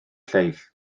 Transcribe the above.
lleill